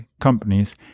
companies